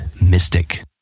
mystic